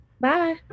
Bye